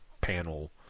panel